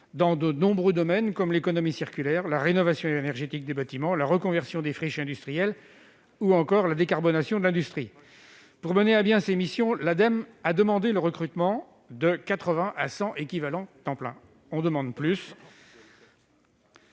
dans de nombreux domaines comme l'économie circulaire, la rénovation énergétique des bâtiments, la reconversion des friches industrielles ou la décarbonation de l'industrie. Pour mener à bien à ces missions, l'Ademe a demandé le recrutement de 80 à 100 ETP. Nous demandons plus.